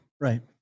right